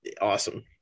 awesome